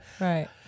right